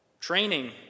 Training